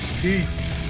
peace